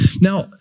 Now